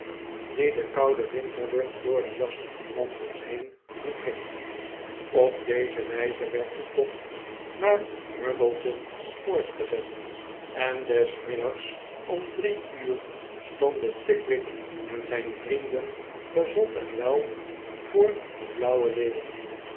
die de koude winterlucht door de jassen en mantels heen doet dringen op deze wijze werd de tocht naar muggleton voortgezet en des middags om drie uur stonden pickwick en zijn vrienden ge zond en wel voor de blauwe leeuw